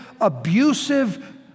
abusive